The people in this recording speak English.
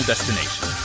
Destination